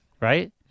right